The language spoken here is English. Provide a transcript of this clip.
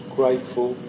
grateful